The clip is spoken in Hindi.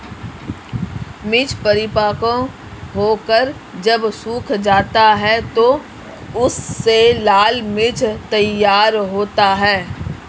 मिर्च परिपक्व होकर जब सूख जाता है तो उससे लाल मिर्च तैयार होता है